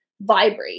vibrate